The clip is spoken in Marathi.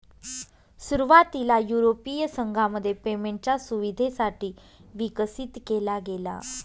सुरुवातीला युरोपीय संघामध्ये पेमेंटच्या सुविधेसाठी विकसित केला गेला